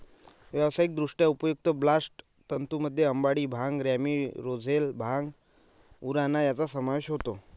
व्यावसायिकदृष्ट्या उपयुक्त बास्ट तंतूंमध्ये अंबाडी, भांग, रॅमी, रोझेल, भांग, उराणा यांचा समावेश होतो